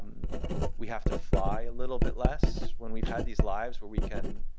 we have to fly a little bit less when we've had these lives where we can